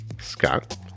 Scott